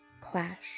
Clash